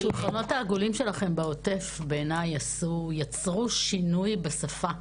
השולחנות העגולים שלכם בעוטף בעיניי יצרו שינוי בשפה.